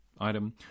item